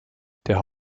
der